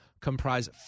comprise